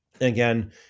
Again